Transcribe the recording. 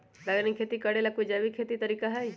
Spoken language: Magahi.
बैंगन के खेती भी करे ला का कोई जैविक तरीका है?